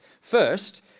First